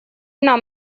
нам